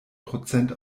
prozent